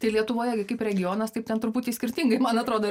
tai lietuvoje gi kaip regionas taip ten truputį skirtingai man atrodo